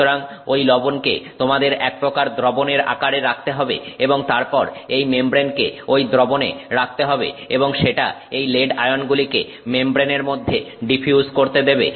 সুতরাং ঐ লবণকে তোমাদের এক প্রকার দ্রবণের আকারে রাখতে হবে এবং তারপর এই মেমব্রেনকে ঐ দ্রবণে রাখতে হবে এবং সেটা এই লেড আয়নগুলিকে মেমব্রেনের মধ্যে ডিফিউজ করতে দেবে